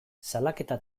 salaketa